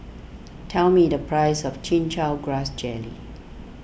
tell me the price of Chin Chow Grass Jelly